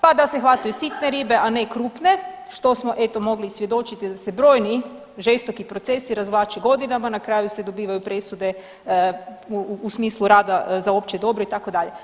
Pa da se hvataju sitne ribe, a ne krupne što smo eto mogli i svjedočiti da se brojni žestoki procesi razvlače godinama, na kraju se dobivaju presude u smislu rada za opće dobro itd.